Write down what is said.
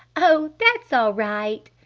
oh that's all right,